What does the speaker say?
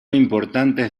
importantes